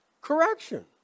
Correction